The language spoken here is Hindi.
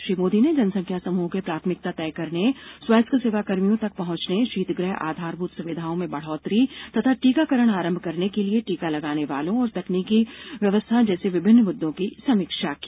श्री मोदी ने जनसंख्या समूहों के प्राथमिकता तय करने स्वाास्थिक सेवा कर्मियों तक पहुंचने शीतगृह आधारभूत सुविधाओं में बढ़ोतरी तथा टीकाकरण आरंभ करने के लिए टीका लगाने वालों और तकनीकी व्यावस्थान जैसे विभिन्न मुद्दों की समीक्षा की